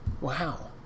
Wow